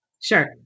Sure